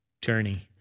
journey